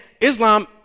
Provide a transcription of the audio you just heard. Islam